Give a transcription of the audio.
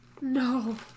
No